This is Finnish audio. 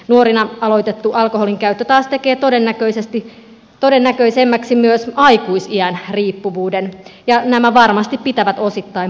nuorena aloitettu alkoholinkäyttö taas tekee todennäköisemmäksi myös aikuisiän riippuvuuden ja nämä varmasti pitävät osittain paikkansa